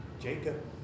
Jacob